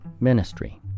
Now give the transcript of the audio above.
Ministry